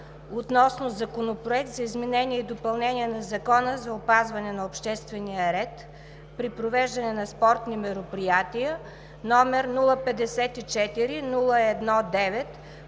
гласуване Законопроект за изменение и допълнение на Закона за опазване на обществения ред при провеждането на спортни мероприятия, № 054-01-9,